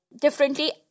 differently